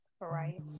right